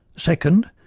second,